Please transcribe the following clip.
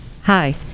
hi